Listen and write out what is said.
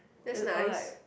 that's nice